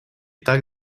так